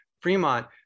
fremont